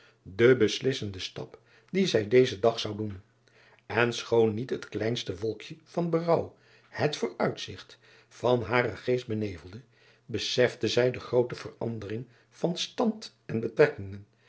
den beslissenden stap dien zij dezen dag zou doen en schoon niet het kleinste wolkje van berouw het vooruitzigt van haren geest benevelde beseste zij de groote verandering van stand en betrekkingen